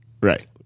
Right